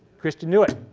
christian knew it.